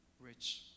rich